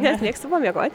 nes mėgstu pamiegot